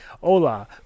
hola